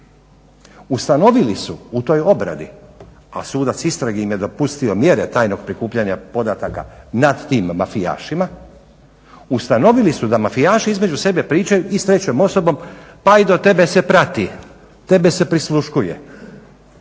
Ustanovili su u toj obradi, a sudac istrage im je dopustio mjere tajnog prikupljanja podataka nad tim mafijašima. Ustanovili su da mafijaši između sebe pričaju i s trećom osobom, pa i tebe se prati, tebe se prisluškuje.